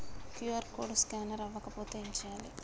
QR code scanner అవ్వకపోతే ఏం చేయాలి?